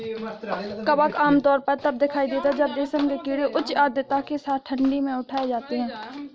कवक आमतौर पर तब दिखाई देता है जब रेशम के कीड़े उच्च आर्द्रता के साथ ठंडी में उठाए जाते हैं